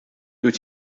dwyt